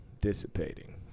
dissipating